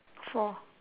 four